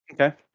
Okay